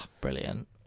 brilliant